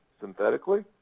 synthetically